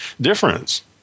difference